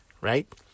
Right